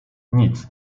nic